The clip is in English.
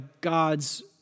God's